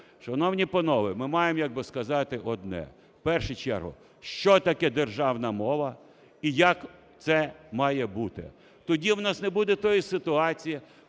Шановні панове, ми маємо як би сказати одне. В першу чергу, що таке державна мова і як це має бути. Тоді в нас не буде тієї ситуації,